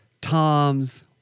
Tom's